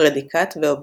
פרדיקט ואובייקט,